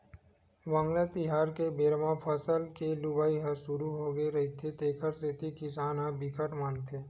वांगला तिहार के बेरा म फसल के लुवई ह सुरू होगे रहिथे तेखर सेती किसान ह बिकट मानथे